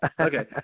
Okay